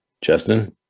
Justin